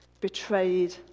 betrayed